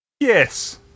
Yes